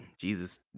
Jesus